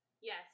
Yes